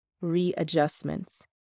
readjustments